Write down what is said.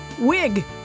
wig